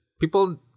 people